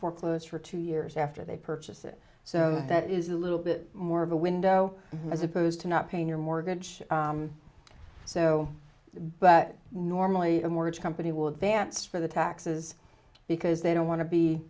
foreclose for two years after they purchase it so that is a little bit more of a window as opposed to not paying your mortgage so but normally a mortgage company will advance for the taxes because they don't want to be